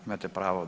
Imate pravo.